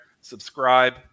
Subscribe